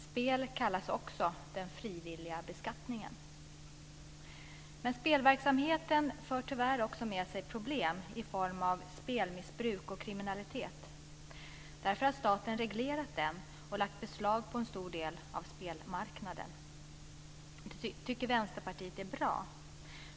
Spel kallas också den frivilliga beskattningen. Spelverksamheten för tyvärr också med sig problem i form av spelmissbruk och kriminalitet. Därför har staten reglerat den och lagt beslag på en stor del av spelmarknaden. Vänsterpartiet tycker att det är bra.